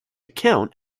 count